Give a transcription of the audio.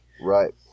right